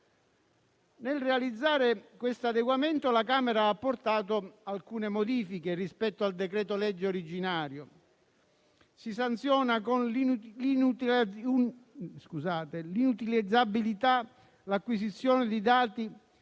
Nel realizzare questo adeguamento la Camera ha apportato alcune modifiche rispetto al decreto-legge originario. Si sanziona con l'inutilizzabilità l'acquisizione di dati